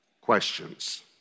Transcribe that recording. questions